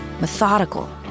Methodical